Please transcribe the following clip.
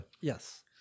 Yes